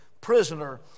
prisoner